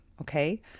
okay